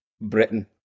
Britain